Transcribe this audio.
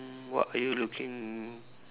mm what are you looking